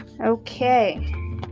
Okay